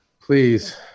Please